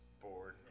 bored